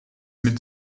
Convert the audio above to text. mit